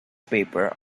paper